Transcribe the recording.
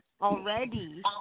already